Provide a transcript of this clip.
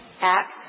act